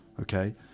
okay